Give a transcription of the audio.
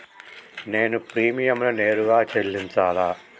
నేను ప్రీమియంని నేరుగా చెల్లించాలా?